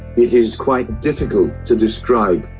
it is quite difficult to describe,